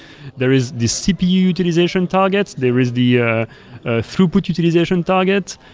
there is the cpu utilization targets. there is the ah ah throughput utilization target.